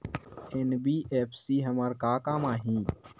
NBFC हमर का काम आही?